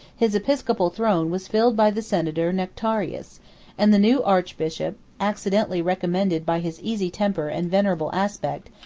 his episcopal throne was filled by the senator nectarius and the new archbishop, accidentally recommended by his easy temper and venerable aspect,